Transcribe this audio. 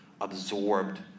absorbed